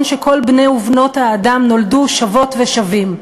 שכל בני ובנות האדם נולדו שוות ושווים.